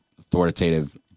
authoritative